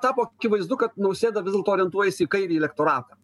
tapo akivaizdu kad nausėda vis dėlto orientuojasi į kairįjį elektoratą